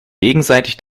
gegenseitig